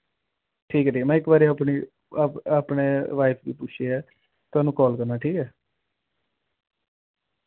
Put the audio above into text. ठीक ऐ ठीक ऐ में इक वारि अपनी अप अपनी वाइफ गी पूछियै थोआनू काल करना ठीक ऐ